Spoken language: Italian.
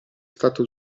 stato